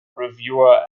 reviewer